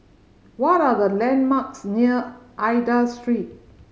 what are the landmarks near Aida Street